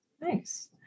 Nice